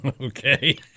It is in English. Okay